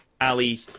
Ali